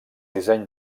disseny